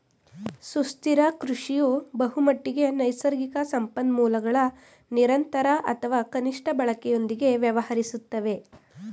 ಸುಸ್ಥಿರ ಕೃಷಿಯು ಬಹುಮಟ್ಟಿಗೆ ನೈಸರ್ಗಿಕ ಸಂಪನ್ಮೂಲಗಳ ನಿರಂತರ ಅಥವಾ ಕನಿಷ್ಠ ಬಳಕೆಯೊಂದಿಗೆ ವ್ಯವಹರಿಸುತ್ತದೆ